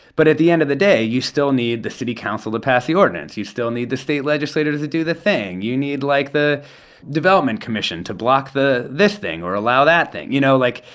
but at the end of the day, you still need the city council to pass the ordinance. you still need the state legislators to do the thing. you need, like, the development commission to block the this thing or allow that thing, you know? like,